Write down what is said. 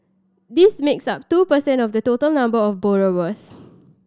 this makes up two per cent of the total number of borrowers